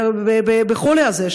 ובחולי הזה,